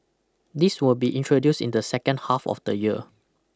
this will be introduce in the second half of the year